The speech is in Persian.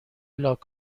لاک